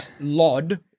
Lod